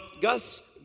Gus